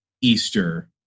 Easter